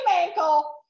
ankle